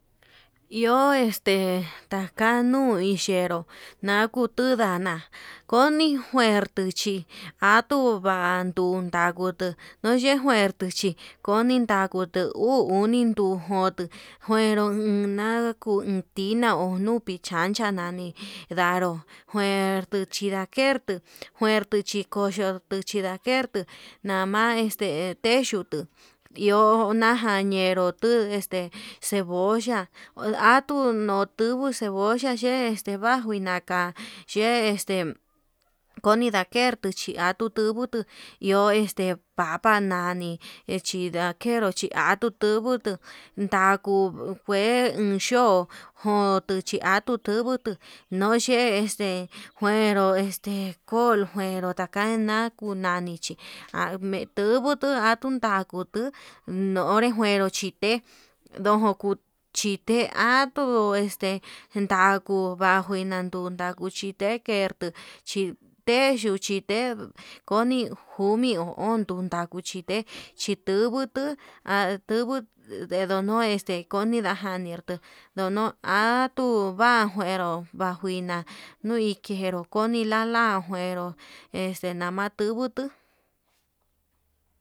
Iho ste taka nuu ixhenru nautku ndana, koni juertu chí atuu vandu kuan ndukutu nodi juertu ru chi koni ndakutu uu uni nduu, njotu njuenró una kuu kuina unu kuichacha nani ndanró nertuu chindakertu kuerto chi kochiu chindakertu, nama este che yutu iho ñajañenru tuu este cebolla atuu notubu cebolla, yee este huaju naka yee este koni ndakertu chi ha tutuvutu iho este papa nani, echindakenru chi atuu ndubutu ndaku kue uun yo'o kuetu chi atubutu no xhe este nguero este, njuero taka cool njuero taka na kunani chí ametuvutu atuun ndakutu onre njueró chite ndojokuu chite aju katuu este ndakuu, bajuinandu takuu xhite kertu chi terxu xhite komi jumi uun n ku kuchite chikubutu andubu de ndono este noni ndajarnitu ndono atuu va'a, njuero vai'a njuina nuijenro komi larba nguero este nama tuvutu.